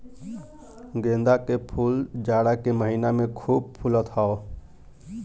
गेंदा के फूल जाड़ा के महिना में खूब फुलत हौ